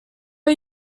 are